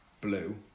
blue